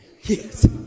Yes